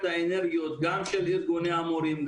הערכת מורים.